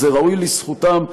וזה לזכותם,